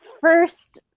first